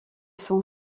son